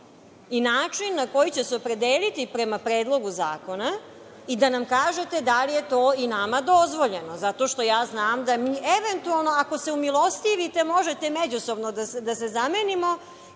i način na koji će se opredeliti prema Predlogu zakona i da nam kažete da li je to i nama dozvoljeno? Ja znam da mi eventualno, ako se umilostivite, možemo međusobno da se zamenimo,